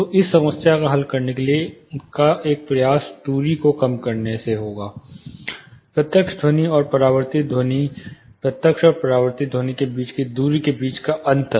तो इस समस्या को हल करने का एक प्रयास दूरी को कम करने से होगा प्रत्यक्ष ध्वनि और परावर्तित ध्वनि प्रत्यक्ष और परावर्तित ध्वनि के बीच की दूरी के बीच का अंतर